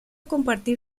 compartir